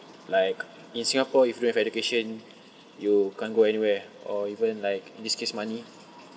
like in singapore if you don't have education you can't go anywhere or even like in this case money